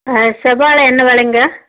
ஆ செவ்வாழை என்ன விலைங்க